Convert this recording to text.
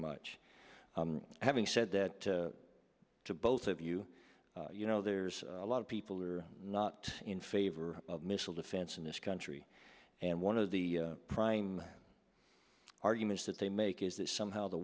much having said that to both of you you know there's a lot of people who are not in favor of missile defense in this country and one of the prine arguments that they make is that somehow the